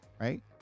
right